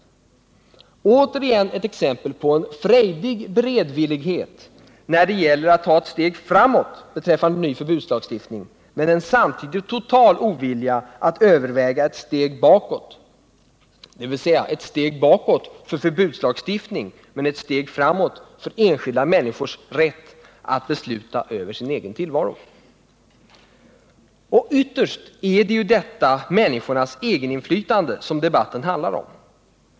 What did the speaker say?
Återigen ett exempel på en frejdig beredvillighet att ta ett steg framåt när det gäller ny förbudslagstiftning, men en samtidig total ovilja att överväga ett steg bakåt, dvs. ett steg bakåt för förbudslagstiftning men ett steg framåt för enskilda medmänniskors rätt att besluta över sin egen tillvaro. Och ytterst är det detta med människornas egeninflytande som debatten handlar om.